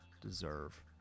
deserve